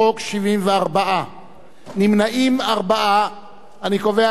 נמנעים, 4. אני קובע שהצעת החוק לא נתקבלה.